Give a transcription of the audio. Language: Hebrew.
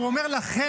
הוא אומר לכם,